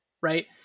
right